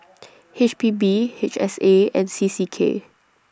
H P B H S A and C C K